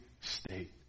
state